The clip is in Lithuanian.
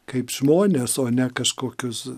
kaip žmones o ne kažkokius